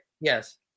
Yes